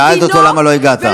שאלת אותו: למה לא הגעת.